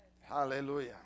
Hallelujah